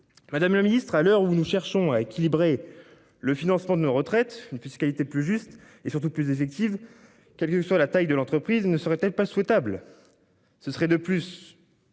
Madame le ministre à l'heure où nous cherchons à équilibrer le financement de nos retraites, une fiscalité plus juste et surtout plus effective. Quelle que soit la taille de l'entreprise ne serait-elle pas souhaitable. Ce serait de plus.